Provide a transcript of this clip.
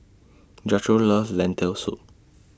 Jethro loves Lentil Soup